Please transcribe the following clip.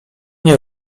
nie